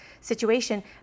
situation